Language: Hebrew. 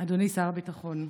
אדוני שר הביטחון,